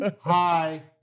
Hi